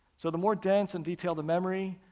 so the more dense and detailed the memory,